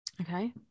Okay